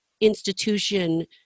institution